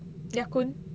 ya kun